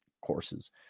courses